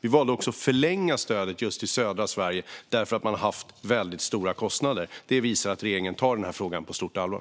Vi valde också att förlänga stödet just till södra Sverige därför att man har haft väldigt stora kostnader där. Det visar att regeringen tar den här frågan på stort allvar.